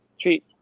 treat